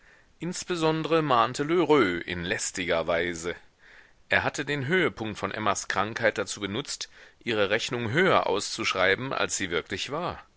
insbesondre mahnte lheureux in lästiger weise er hatte den höhepunkt von emmas krankheit dazu benutzt ihre rechnung höher auszuschreiben als sie wirklich war